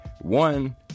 One